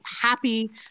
happy